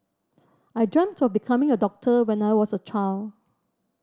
I dreamt of becoming a doctor when I was a child